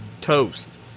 toast